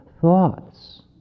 thoughts